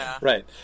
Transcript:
right